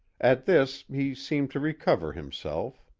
at this he seemed to recover himself.